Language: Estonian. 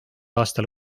aastal